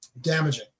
damaging